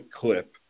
clip